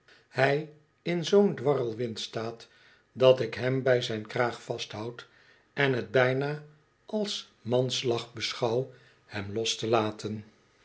hij in zoo'n dwarrelwind staat dat ik hem bij zijn kraag vasthoud en het bijna als manslag beschouw hem los te laten